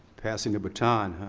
passing the baton,